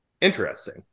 interesting